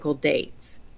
dates